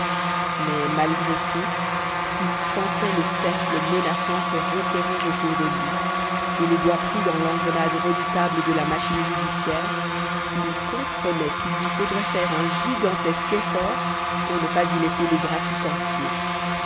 mais malgré tout il sentait le cercle menaçant se resserrer autour de lui et le doigt pris dans l'engrenage redoutable de la machine judiciaire il comprenait qu'il lui faudrait faire un gigantesque effort pour ne pas y laisser le bras tout entier